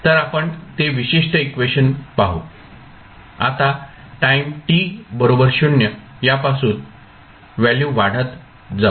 तर आपण ते विशिष्ट इक्वेशन पाहु आता टाईम t 0 यापासून व्हॅल्यू वाढत जाऊ